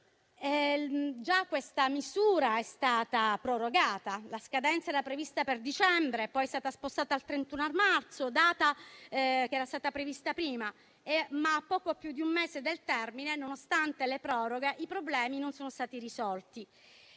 nido. Questa misura era già stata prorogata. La scadenza era prevista per dicembre e poi è stata spostata al 31 marzo, data che era stata prevista prima. A poco più di un mese dal termine, però, nonostante le proroghe, i problemi non sono stati risolti.